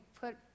put